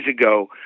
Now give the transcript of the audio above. ago